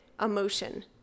emotion